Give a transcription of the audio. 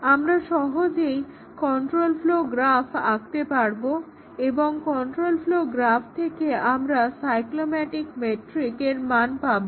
আমরা সহজেই control flow graph আঁকতে পারবো এবং কন্ট্রোল ফ্লোও গ্রাফ থেকে আমরা সাইক্রমেটিক মেট্রিকের মান পাবো